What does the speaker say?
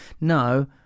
no